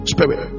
Spirit